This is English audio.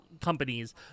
companies